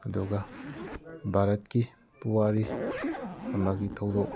ꯑꯗꯨꯒ ꯚꯥꯔꯠꯀꯤ ꯄꯨꯋꯥꯔꯤ ꯑꯃꯒꯤ ꯊꯧꯗꯣꯛ